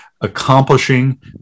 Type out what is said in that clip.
accomplishing